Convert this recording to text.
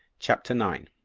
chapter nine.